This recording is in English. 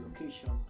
location